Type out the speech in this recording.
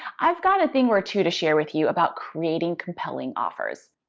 i've got a thing or two to share with you about creating compelling offers.